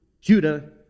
Judah